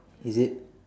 is it